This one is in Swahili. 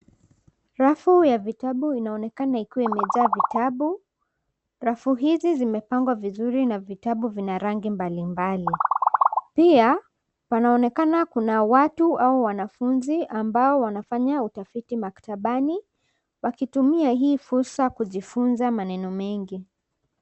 Rafu ya vitabu inaonekana ikiwa imejaa vitabu. Rafu hizi zimepangwa vizuri na vitabu vina rangi mbalimbali. Pia, wanaonekana kuna watu au wanafunzi ambao wanafanya utafiti maktabani wakitumia hii fursa kujifunza maneno mengi.